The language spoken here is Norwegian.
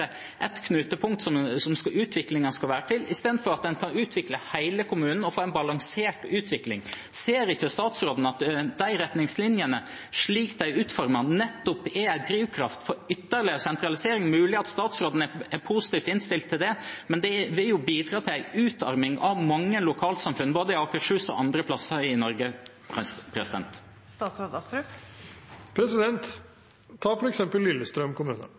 kan utvikle hele kommunen og få en balansert utvikling. Ser ikke statsråden at de retningslinjene, slik de er utformet, nettopp er en drivkraft for ytterligere sentralisering? Det er mulig at statsråden er positivt innstilt til det, men det vil jo bidra til en utarming av mange lokalsamfunn, i både Akershus og andre plasser i Norge. Ta f.eks. Lillestrøm kommune. Jeg mener det er utelukkende positivt at det at vi har fått ti minutters togforbindelse mellom Oslo S og Lillestrøm,